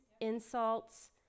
insults